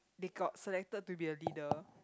they got selected to be a leader